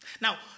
Now